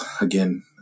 again